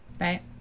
Right